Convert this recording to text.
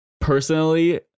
personally